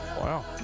Wow